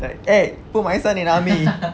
like eh put my son in army